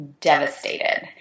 devastated